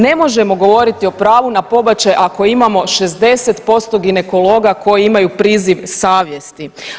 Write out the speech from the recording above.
Ne možemo govoriti o pravu na pobačaj ako imamo 60% ginekologa koji imaju priziv savjesti.